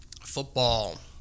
football